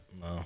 No